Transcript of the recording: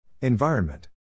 Environment